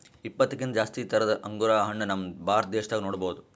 ಇಪ್ಪತ್ತಕ್ಕಿಂತ್ ಜಾಸ್ತಿ ಥರದ್ ಅಂಗುರ್ ಹಣ್ಣ್ ನಮ್ ಭಾರತ ದೇಶದಾಗ್ ನೋಡ್ಬಹುದ್